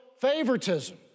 favoritism